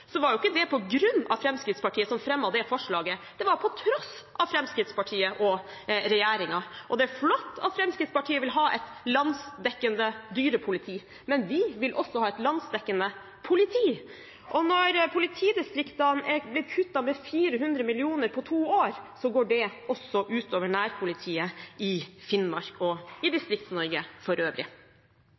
så var ikke det på grunn av Fremskrittspartiet som fremmet det forslaget; det var på tross av Fremskrittspartiet og regjeringen. Og det er flott at Fremskrittspartiet vil ha et landsdekkende dyrepoliti, men vi vil også ha et landsdekkende politi! Og når politidistriktene er blitt kuttet med 400 mill. kr på to år, går det også ut over nærpolitiet i Finnmark og i Distrikts-Norge for øvrig.